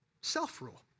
self-rule